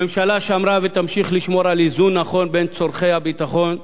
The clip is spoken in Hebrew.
הממשלה שמרה ותמשיך לשמור על איזון נכון בין צורכי הביטחון,